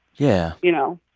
yeah you know?